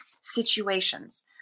situations